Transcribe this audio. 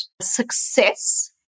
success